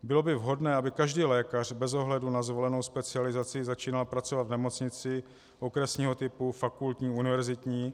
Bylo by vhodné, aby každý lékař bez ohledu na zvolenou specializaci začínal pracovat v nemocnici okresního typu, fakultní, univerzitní.